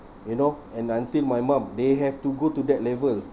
you know and until my mum they have to go to that level